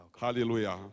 Hallelujah